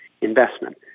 Investment